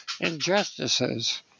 injustices